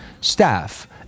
staff